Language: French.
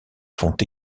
font